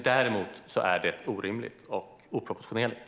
Däremot är det orimligt och oproportionerligt.